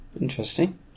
Interesting